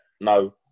no